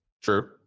True